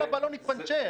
כל הבלון התפנצ'ר.